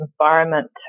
environment